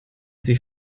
sich